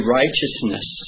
righteousness